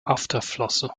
afterflosse